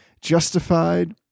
justified